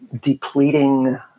depleting